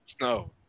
No